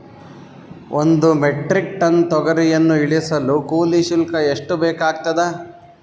ಒಂದು metric tonne ತೊಗರಿಯನ್ನು ಇಳಿಸಲು ಕೂಲಿ ಶುಲ್ಕ ಎಷ್ಟು ಬೇಕಾಗತದಾ?